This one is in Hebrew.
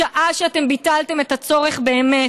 משעה שאתם ביטלתם את הצורך באמת,